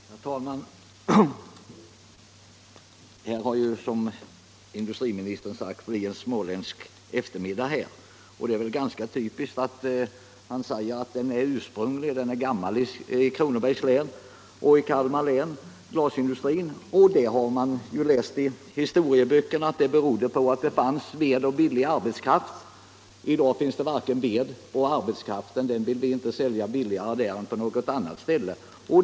Herr talman! Här har ju, som industriministern sagt, blivit en småländsk eftermiddag i kammaren, och det är väl ganska typiskt att man säger att glasindustrin är gammal i Kronobergs och i Kalmar län. Man har i historieböckerna läst att det berodde på att det fanns ved och billig arbetskraft. I dag finns det inte ved, och arbetskraften vill vi inte sälja billigare där än på andra ställen.